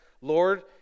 Lord